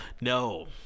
no